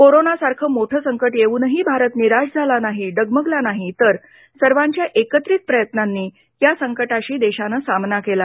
कोरोनासारखं मोठं संकट येऊनही भारत निराश झाला नाही डगमगला नाही तर सर्वांच्या एकत्रित प्रयत्नांनी या संकटाशी देशानं सामना केला